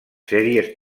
sèries